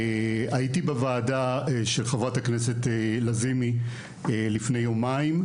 הייתי בוועדה של חברת הכנסת לזימי לפני יומיים,